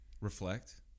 Reflect